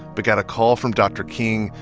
begat a call from dr. king,